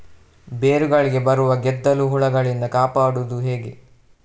ಬೇರುಗಳಿಗೆ ಬರುವ ಗೆದ್ದಲು ಹುಳಗಳಿಂದ ಕಾಪಾಡುವುದು ಹೇಗೆ?